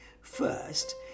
First